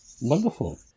Wonderful